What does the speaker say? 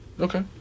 Okay